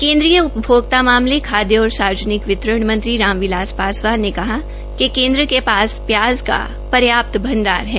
केन्द्रीय उपभोक्ता मामले खादय और सार्वजनिक वितरण मंत्री राम बिलास पासवान ने कहा है कि केन्द्र के पास प्याज का पर्याप्त भंडार है